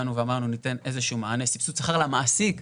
באנו ואמרנו שניתן איזה שהוא סבסוד שכר למעסיק,